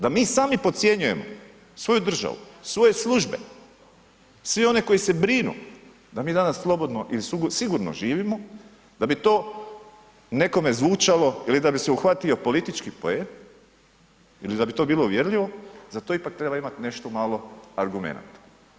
Da mi sami podcjenjujemo svoju državu, svoje službe, sve one koji se brinu da mi danas slobodno ili sigurno živimo da bi to nekome zvučalo ili da bi se uhvatio politički poen, ili da bi to bilo uvjerljivo za to ipak treba imati nešto malo argumenata.